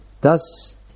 thus